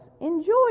Enjoy